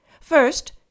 First